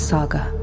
Saga